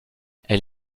elle